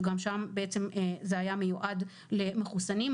שגם שם זה היה מיועד למחוסנים,